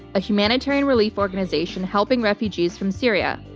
a humanitarian relief organization helping refugees from syria,